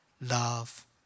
love